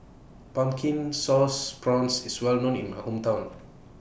Pumpkin Sauce Prawns IS Well known in My Hometown